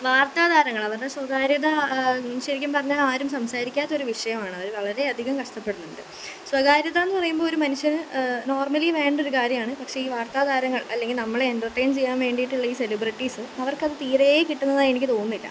വാർത്ത താരങ്ങൾ അവരുടെ സ്വകാര്യത ശരിക്കും പറഞ്ഞാൽ ആരും സംസാരിക്കാത്തൊരു വിഷയമാണ് അവർ വളരേ അധികം കഷ്ടപ്പെടുന്നുണ്ട് സ്വകാര്യതയെന്ന് പറയുമ്പോൾ ഒരു മനുഷ്യൻ നോർമലീ വേണ്ടൊരു കാര്യമാണ് പക്ഷെ ഈ വാർത്ത താരങ്ങൾ അല്ലെങ്കിൽ നമ്മളെ എന്റർറ്റെയ്ൻ ചെയ്യാൻ വേണ്ടിയിട്ടുള്ള ഈ സെലിബ്രിട്ടീസ് അവർക്കത് തീരേ കിട്ടുന്നതായി എനിക്ക് തോന്നുന്നില്ല